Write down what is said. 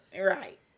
Right